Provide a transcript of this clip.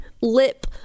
lip